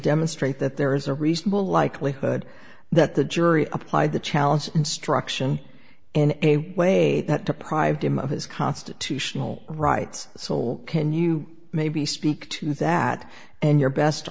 demonstrate that there is a reasonable likelihood that the jury applied the challenge instruction in a way that deprived him of his constitutional rights so can you maybe speak to that and your best